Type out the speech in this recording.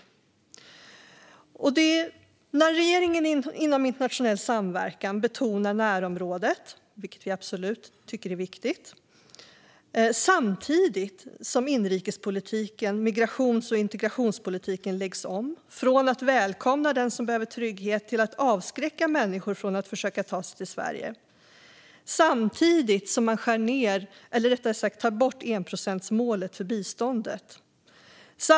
Regeringen betonar närområdet inom internationell samverkan, vilket jag absolut tycker är viktigt. Men samtidigt lägger man om inrikespolitiken - migrations och integrationspolitiken - från att välkomna den som behöver trygghet till att avskräcka människor från att försöka ta sig till Sverige. Man skär också ned på, eller rättare sagt tar bort, enprocentsmålet för biståndet.